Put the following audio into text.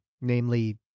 namely